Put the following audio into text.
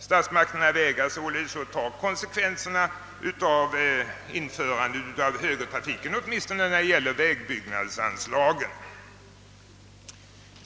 Statsmakterna vägrar således att dra konsekvenserna av ett införande av högertrafiken, åtminstone vad beträffar vägbyggnadsanslagen.